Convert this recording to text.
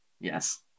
Yes